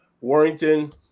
Warrington